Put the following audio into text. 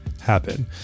happen